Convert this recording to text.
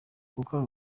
gukora